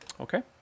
Okay